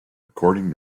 according